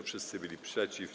Wszyscy byli przeciw.